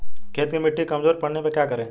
खेत की मिटी कमजोर पड़ने पर क्या करें?